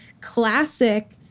classic